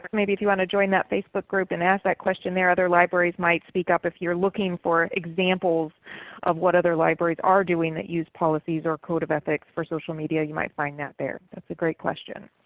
maybe if you want to join that facebook group and ask that question there other libraries might speak up if you are looking for examples of what other libraries are doing that use policies or code of ethics for social media. you might find that there. that's a great question.